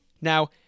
Now